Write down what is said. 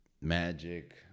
Magic